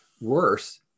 worse